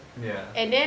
ya